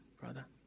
brother